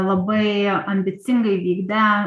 labai ambicingai vykdę